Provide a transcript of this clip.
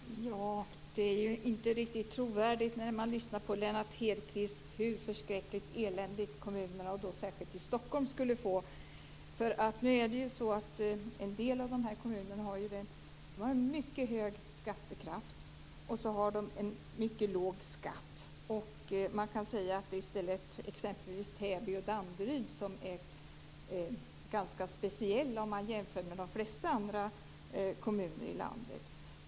Fru talman! Det är inte riktigt trovärdigt, det Lennart Hedquist säger om hur förskräckligt eländigt kommunerna, och då särskilt Stockholm, skulle få det. Nu är det ju så att en del av de här kommunerna har en mycket hög skattekraft och en mycket låg skatt, exempelvis Täby och Danderyd som är ganska speciella om man jämför med de flesta andra kommuner i landet.